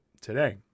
today